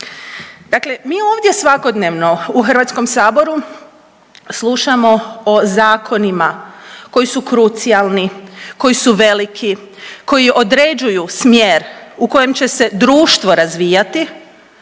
Dakle, mi ovdje svakodnevno u Hrvatskom saboru slušamo o zakonima koji su krucijalni, koji su veliki, koji određuju smjer u kojem će se društvo razvijati